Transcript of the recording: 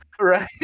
right